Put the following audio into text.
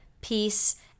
peace